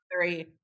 three